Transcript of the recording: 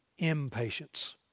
impatience